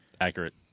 accurate